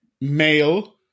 male